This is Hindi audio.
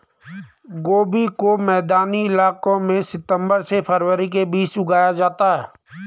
गोभी को मैदानी इलाकों में सितम्बर से फरवरी के बीच उगाया जाता है